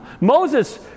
Moses